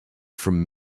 from